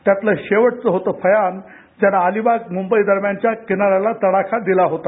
त्यातलं शेवटचं होतं फयान ज्यानं अलिबाग मुंबई दरम्यानच्या किनार्याला तडाखा दिला होता